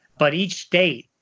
but each state,